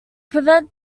prevent